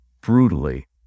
brutally